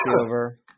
over